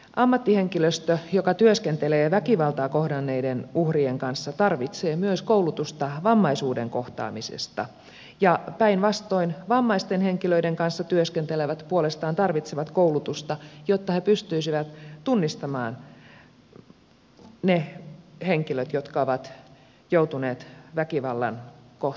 ammattihenkilöstö joka työskentelee väkivaltaa kohdanneiden uhrien kanssa tarvitsee koulutusta myös vammaisuuden kohtaamisesta ja päinvastoin vammaisten henkilöiden kanssa työskentelevät puolestaan tarvitsevat koulutusta jotta he pystyisivät tunnistamaan ne henkilöt jotka ovat joutuneet väkivallan kohtaamiksi